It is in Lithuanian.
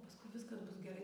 paskui viskas bus gerai